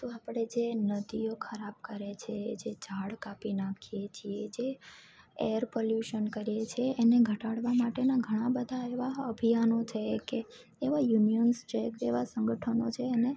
તો આપણે જે નદીઓ ખરાબ કરે છે જે ઝાડ કાપી નાખીએ છીએ જે એર પલયુસન કરીએ છીએ એને ઘટાડવા માટેના ઘણા બધા એવા અભિયાનો છે કે એવા યુનિયન્સ છે એવા સંગઠનો છે એને